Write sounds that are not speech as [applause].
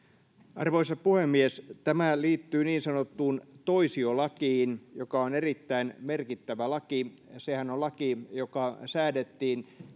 arvoisa puhemies tämä liittyy niin sanottuun toisiolakiin joka on erittäin merkittävä laki sehän on laki joka säädettiin [unintelligible]